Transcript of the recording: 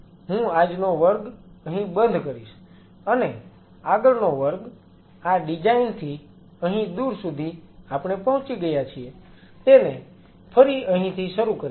હું આજનો વર્ગ અહીં બંધ કરીશ અને આગળનો વર્ગ આ ડિઝાઈન થી અહીં દુર સુધી આપણે પહોંચી ગયા છીએ તેને ફરી અહીંથી શરૂ કરીશું